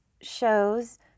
shows